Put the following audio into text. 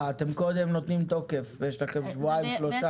אתם קודם נותנים תוקף, ויש לכם שבועיים שלושה.